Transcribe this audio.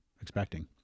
expecting